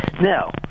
Now